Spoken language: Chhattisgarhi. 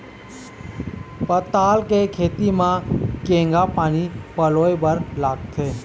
पताल के खेती म केघा पानी पलोए बर लागथे?